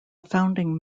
founding